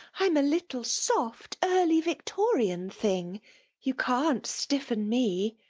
i'm a little soft early victorian thing you can't stiffen me.